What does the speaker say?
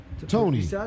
Tony